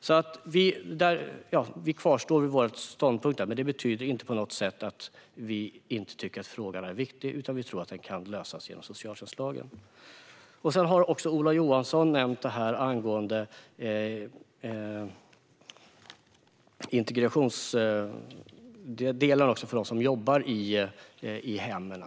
Vi kvarstår alltså vid vår ståndpunkt här, men det betyder inte på något sätt att vi inte tycker att frågan är viktig. Vi tror i stället att detta kan lösas genom socialtjänstlagen. Ola Johansson har nämnt detta med integrationsdelen för dem som jobbar i hemmen.